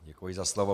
Děkuji za slovo.